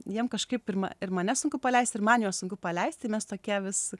jiem kažkaip pirma ir mane sunku paleisti ir man juos sunku paleisti nes tokie vis